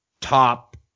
top